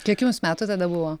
kiek jums metų tada buvo